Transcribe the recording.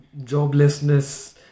joblessness